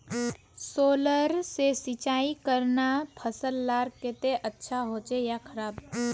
Solar से सिंचाई करना फसल लार केते अच्छा होचे या खराब?